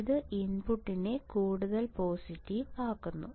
ഇത് ഇൻപുട്ടിനെ കൂടുതൽ പോസിറ്റീവ് ആക്കുന്നു